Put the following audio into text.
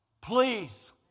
Please